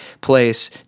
place